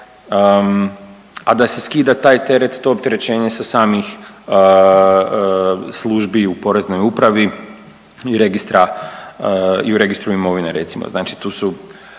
a da se skida taj teret to opterećenje sa samih službi u Poreznoj upravi i registra i u registru imovine recimo.